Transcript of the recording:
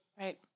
right